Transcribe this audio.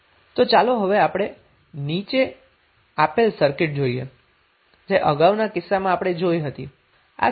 તો ચાલો હવે આપણે નીચે આપેલી સર્કિટ જોઈએ જે અગાઉના કિસ્સામાં આપણે જોઈ હતી